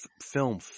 film